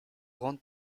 grande